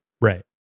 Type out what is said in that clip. Right